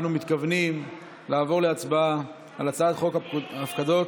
אנחנו מתכוונים לעבור להצבעה על הצעת חוק הפקדות